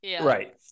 Right